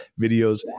videos